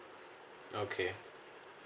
okay